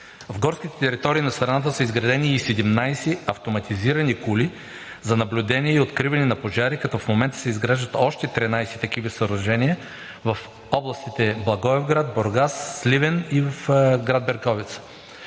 В горските територии на страната са изградени и 17 автоматизирани коли за наблюдение и откриване на пожари, като в момента се изграждат още 13 такива съоръжения в областите Благоевград, Бургас, Сливен и в град Берковица